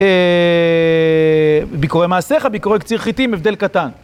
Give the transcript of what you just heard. ביקורי מעשיך, ביקורי קציר חיטים, הבדל קטן.